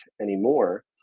anymore